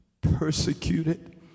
persecuted